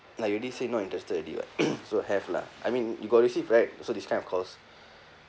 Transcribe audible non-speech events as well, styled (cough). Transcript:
like you already say not interested already [what] (coughs) so have lah I mean you got receive right also this kind of calls